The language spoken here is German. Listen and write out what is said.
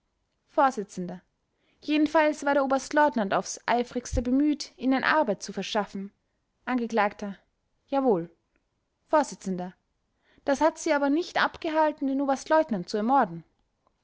vors jedenfalls war der oberstleutnant aufs eifrigste bemüht ihnen arbeit zu verschaffen angekl jawohl vors das hat sie aber nicht abgehalten den oberstleutnant zu ermorden